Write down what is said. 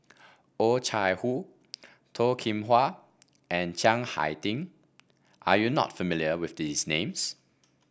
Oh Chai Hoo Toh Kim Hwa and Chiang Hai Ding are you not familiar with these names